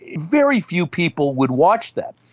very few people would watch that.